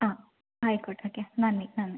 ആ ആയിക്കോട്ടെ ഓക്കെ നന്ദി നന്ദി